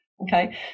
Okay